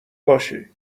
باشه